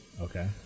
Okay